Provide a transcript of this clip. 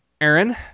Aaron